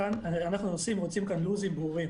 אנחנו הנוסעים רוצים כאן לוחות זמנים ברורים.